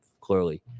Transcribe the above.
clearly